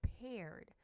prepared